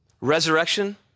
Resurrection